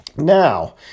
now